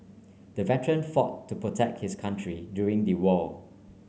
the veteran fought to protect his country during the war